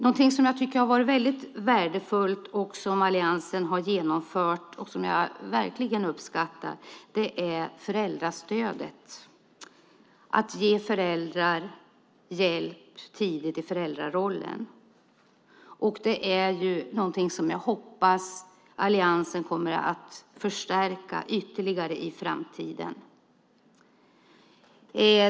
Något som jag tycker är värdefullt att Alliansen har genomfört är föräldrastödet, att ge föräldrar hjälp tidigt i föräldrarollen. Det är någonting som jag hoppas att Alliansen kommer att förstärka ytterligare i framtiden.